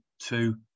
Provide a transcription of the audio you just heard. two